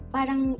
parang